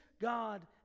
God